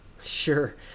sure